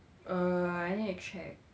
err I need to check